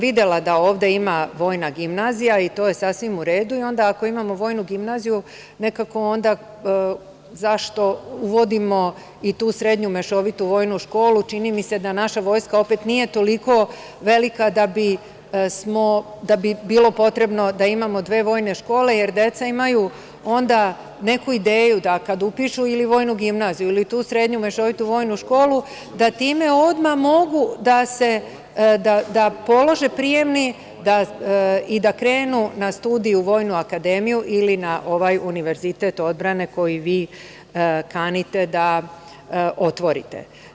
Videla sam da ovde ima Vojna gimnazija i to je sasvim u redu, i onda, ako imamo Vojnu gimnaziju, zašto uvodimo i tu srednju mešovitu vojnu školu, čini mi se da naša Vojska opet nije toliko velika da bi bilo potrebno da imamo dve vojne škole, jer deca onda imaju neku ideju da kada upišu Vojnu gimnaziju, ili tu srednju mešovitu vojnu školu, da time odmah mogu da polože prijemni i da krenu na studije u Vojnu akademiju ili na ovaj Univerzitet odbrane koji vi kanite da otvorite.